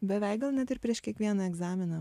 beveik gal net ir prieš kiekvieną egzaminą